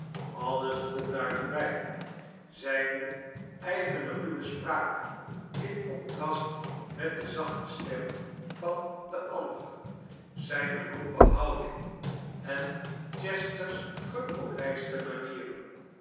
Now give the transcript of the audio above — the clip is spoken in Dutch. alles droeg daartoe bij zijne eigene ruwe spraak in contrast met de zachte stem van den ander zijne lompe houding en chester's gepolijste manieren